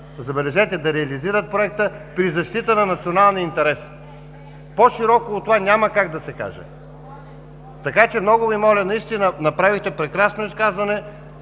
забележете, да реализират проекта при защита на националния интерес. По-широко от това няма как да се каже. Така че много Ви моля, наистина направихте прекрасно изказване,